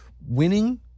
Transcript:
winning